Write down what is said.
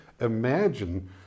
imagine